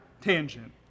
tangent